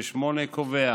קובע